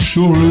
Sure